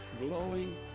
glowing